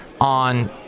On